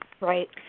Right